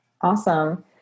Awesome